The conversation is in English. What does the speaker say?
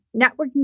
networking